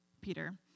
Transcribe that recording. Peter